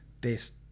based